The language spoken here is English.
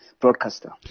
broadcaster